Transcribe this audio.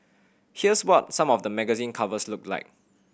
here's what some of the magazine covers looked like